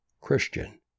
Christian